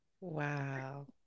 Wow